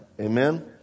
Amen